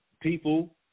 People